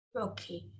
Okay